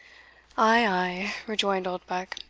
ay, rejoined oldbuck,